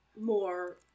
more